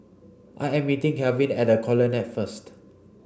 I am meeting Kalvin at the Colonnade first